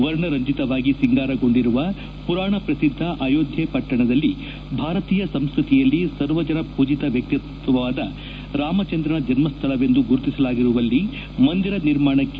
ವರ್ಜರಂಜಿತವಾಗಿ ಸಿಂಗಾರಗೊಂಡಿರುವ ಪುರಾಣ ಪ್ರಸಿದ್ದ ಅಯೋದ್ದೆ ಪಟ್ಟಣದಲ್ಲಿ ಭಾರತೀಯ ಸಂಸ್ಕತಿಯಲ್ಲಿ ಸರ್ವಜನ ಪೂಜಿತ ವ್ಯಕ್ತಿತ್ವಾದ ರಾಮಚಂದ್ರನ ಜನಸ್ತಳವೆಂದು ಗುರುತಿಸಲಾಗಿರುವಲ್ಲಿ ಮಂದಿರ ನಿರ್ಮಾಣಕ್ಕೆ